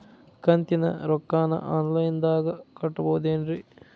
ಕಂತಿನ ರೊಕ್ಕನ ಆನ್ಲೈನ್ ದಾಗ ಕಟ್ಟಬಹುದೇನ್ರಿ?